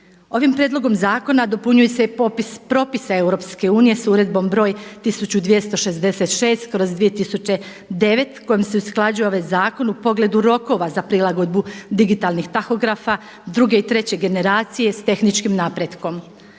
Ovim prijedlogom zakona dopunjuju se i propisa EU s uredbom broj 1266/2009. kojom se usklađuje ovaj zakon u pogledu rokova za prilagodbu digitalnih tahografa druge i treće generacije sa tehničkim napretkom.